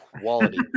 quality